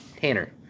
Tanner